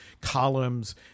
columns